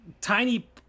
tiny